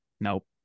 nope